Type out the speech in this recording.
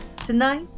Tonight